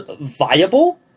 viable